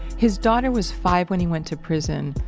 his daughter was five when he went to prison.